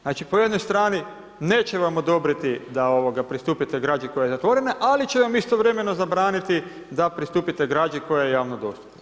Znači po jednoj strani neće vam odobriti da pristupite građi koja je zatvorena, ali će vam istovremeno zabraniti da pristupite građi koja je javno dostupna.